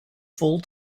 full